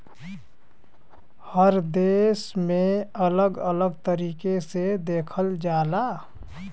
हर देश में अलग अलग तरीके से देखल जाला